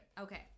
Okay